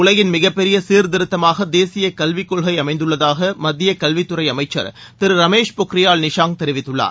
உலகின் மிகப்பெரிய சீர்திருத்தமாக தேசிய கல்விக்கொள்கை அமைந்துள்ளதாக மத்திய கல்வித்துறை அமைச்சர் திரு ரமேஷ் பொக்ரியால் நிஷாங் தெரிவித்துள்ளார்